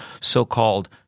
so-called